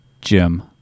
Jim